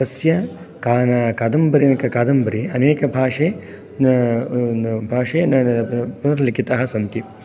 तस्य कादम्बरी अनेकभाषे लिखिताः सन्ति